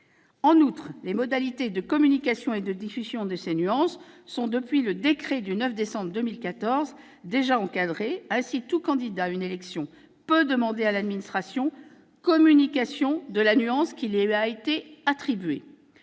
En outre, les modalités de communication et de diffusion de ces nuances sont, depuis le décret du 9 décembre 2014, déjà encadrées. Ainsi, tout candidat à une élection peut demander à l'administration communication de la nuance qui lui a été attribuée.